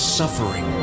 suffering